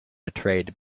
betrayed